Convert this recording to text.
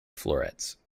florets